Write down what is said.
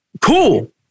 Cool